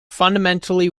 fundamentally